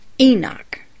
Enoch